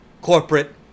corporate